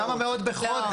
של כמה מאות בחודש.